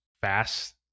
fast